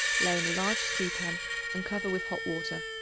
lay in a large stew-pan and cover with hot water.